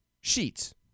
Sheets